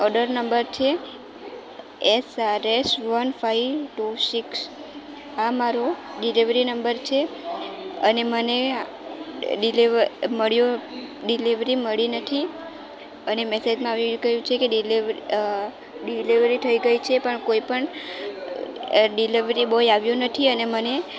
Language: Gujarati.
ઓર્ડર નંબર છે S R S one five two six આ મારો ડિલિવરી નંબર છે અને મને ડિલિવર મળ્યો ડિલિવરી મળી નથી અને મેસેજમાં આવી ગયું છે કે ડિલ ડિલિવરી થઈ ગઈ છે પણ કોઈ પણ ડિલિવરી બોય આવ્યો નથી અને મને